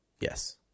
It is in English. Yes